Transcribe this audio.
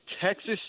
Texas